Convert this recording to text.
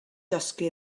dysgu